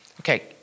Okay